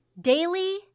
Daily